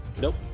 Nope